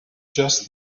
just